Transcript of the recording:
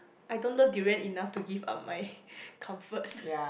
I don't love durian enough to give up my comfort